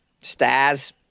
stars